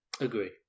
Agree